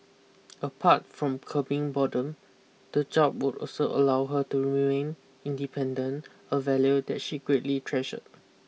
apart from curbing boredom the job would also allow her to remain independent a value that she greatly treasured